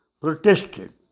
protested